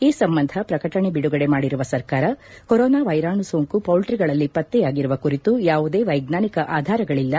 ಈ ಸಂಬಂಧ ಪ್ರಕಟಣೆ ಬಿಡುಗಡೆ ಮಾಡಿರುವ ಸರ್ಕಾರ ಕೊರೊನಾ ವೈರಾಣು ಸೋಂಕು ಪೌಲ್ಟಿಗಳಲ್ಲಿ ಪತ್ತೆಯಾಗಿರುವ ಕುರಿತು ಯಾವುದೇ ವೈಜ್ವಾನಿಕ ಆಧಾರಗಳಲ್ಲ